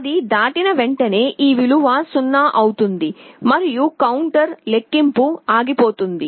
అది దాటిన వెంటనే ఈ విలువ 0 అవుతుంది మరియు కౌంటర్ లెక్కింపు ఆగిపోతుంది